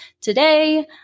today